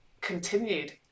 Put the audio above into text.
continued